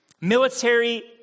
Military